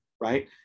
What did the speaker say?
Right